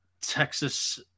Texas